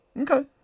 Okay